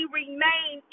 remain